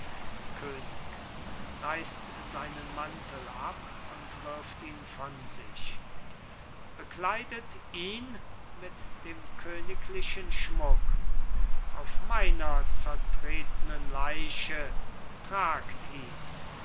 könig reißt seinen mantel ab und wirft ihn von sich bekleidet ihn mit dem königlichen schmuck auf meiner zertretnen leiche tragt ihn